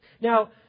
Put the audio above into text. Now